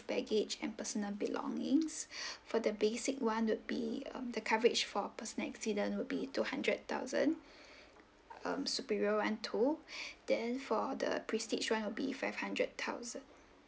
baggage and personal belongings for the basic [one] would be um the coverage for personal accident would be two hundred thousand um superio[one]ne too then for the prestige would be five hundred thousand